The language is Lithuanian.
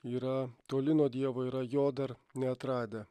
yra toli nuo dievo yra jo dar neatradę